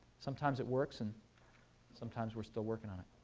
sometimes it works. and sometimes we're still working on it.